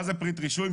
מה זה פריט רישוי?